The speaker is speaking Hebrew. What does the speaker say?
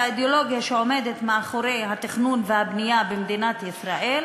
והאידיאולוגיה שעומדת מאחורי התכנון והבנייה במדינת ישראל